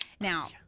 Now